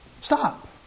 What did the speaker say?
Stop